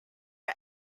are